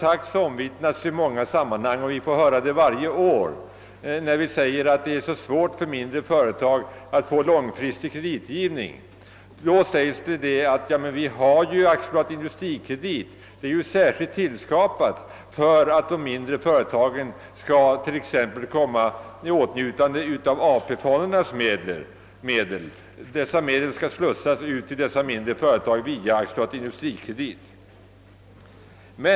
Det har i många sammanhang omvittnats, att de mindre företagen har så svårt att erhålla långfristiga krediter. Då får man varje år höra, att ja, men vi har ju AB Industrikredit, som ju är till för att de mindre företagen skall kunna utnyttja exempelvis AP-fondmedel. De pengarna skall slussas ut till de mindre företagen via AB Industrikredit.